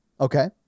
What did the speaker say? Okay